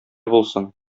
булсын